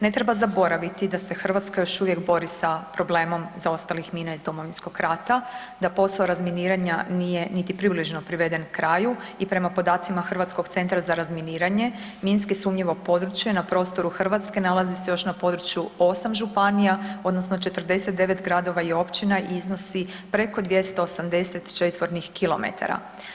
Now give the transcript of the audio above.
Ne treba zaboraviti da se Hrvatska još uvijek bori sa problemom zaostalih mina iz Domovinskog rata, da posao razminiranja nije niti približno priveden kraju i prema podacima Hrvatskog centra za razminiranje minski sumnjivo područje na prostoru Hrvatske nalazi se još na području 8 županija, odnosno 49 gradova i općina i iznosi preko 280 četvornih kilometara.